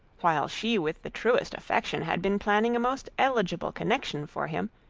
while she with the truest affection had been planning a most eligible connection for him,